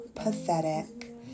Pathetic